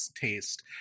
taste